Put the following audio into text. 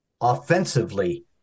offensively